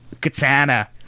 katana